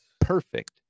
perfect